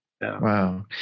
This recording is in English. Wow